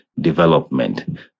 Development